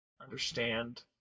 understand